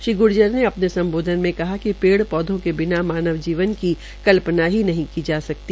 श्री गुर्जर ने अपने सम्बोधन में कहा कि पोड़ पौधों के बिना मानव जीवन की कल्पना ही नहीं की जा सकती